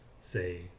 say